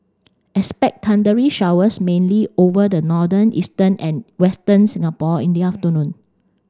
expect thundery showers mainly over the northern eastern and western Singapore in the afternoon